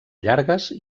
llargues